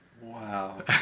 Wow